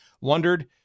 wondered